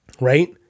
right